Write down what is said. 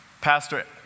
Pastor